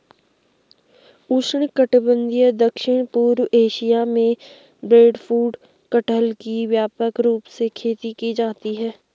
उष्णकटिबंधीय दक्षिण पूर्व एशिया में ब्रेडफ्रूट कटहल की व्यापक रूप से खेती की जाती है